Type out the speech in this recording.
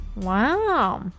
Wow